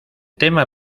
tema